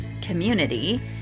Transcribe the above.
community